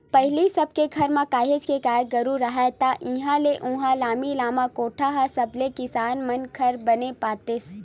पहिली सब के घर म काहेच के गाय गरु राहय ता इहाँ ले उहाँ लामी लामा कोठा ह सबे किसान मन घर बने पातेस